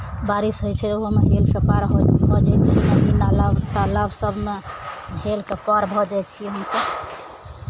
बारिश होइ छै ओहोमे हेलि कऽ पार हो भऽ जाइ छी नदी नाला तालाब सभमे हेलि कऽ पार भऽ जाइ छियै हमसभ